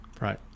Right